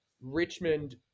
Richmond